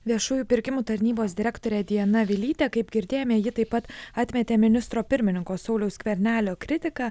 viešųjų pirkimų tarnybos direktorė diana vilytė kaip girdėjome ji taip pat atmetė ministro pirmininko sauliaus skvernelio kritiką